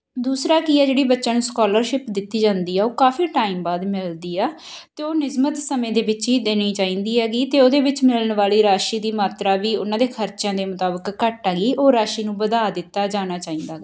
ਦੂਸਰਾ ਕੀ ਆ ਜਿਹੜੀ ਬੱਚਿਆਂ ਨੂੰ ਸਕੋਲਰਸ਼ਿਪ ਦਿੱਤੀ ਜਾਂਦੀ ਹੈ ਉਹ ਕਾਫ਼ੀ ਟਾਈਮ ਬਾਅਦ ਮਿਲਦੀ ਆ ਅਤੇ ਉਹ ਨਿਯਮਤ ਸਮੇਂ ਦੇ ਵਿੱਚ ਹੀ ਦੇਣੀ ਚਾਹੀਦੀ ਹੈਗੀ ਅਤੇ ਉਹਦੇ ਵਿੱਚ ਮਿਲਣ ਵਾਲੀ ਰਾਸ਼ੀ ਦੀ ਮਾਤਰਾ ਵੀ ਉਹਨਾਂ ਦੇ ਖਰਚਿਆਂ ਦੇ ਮੁਤਾਬਿਕ ਘੱਟ ਹੈਗੀ ਉਹ ਰਾਸ਼ੀ ਨੂੰ ਵਧਾ ਦਿੱਤਾ ਜਾਣਾ ਚਾਹੀਦਾ ਗਾ